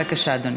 בבקשה, אדוני.